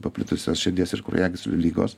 paplitusios širdies ir kraujagyslių ligos